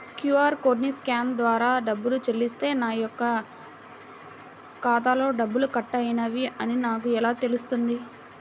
QR కోడ్ని scan ద్వారా డబ్బులు చెల్లిస్తే నా యొక్క ఖాతాలో డబ్బులు కట్ అయినవి అని నాకు ఎలా తెలుస్తుంది?